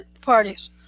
parties